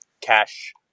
cash